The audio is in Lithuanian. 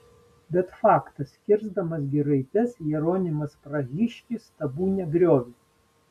bet faktas kirsdamas giraites jeronimas prahiškis stabų negriovė